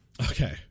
Okay